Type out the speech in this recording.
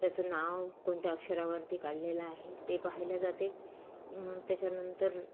त्याचं नाव कोणत्या अक्षरावरती काढलेलं आहे ते पाहिल्या जाते त्याच्यानंतर